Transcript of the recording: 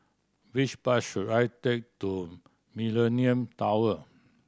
which bus should I take to Millenia Tower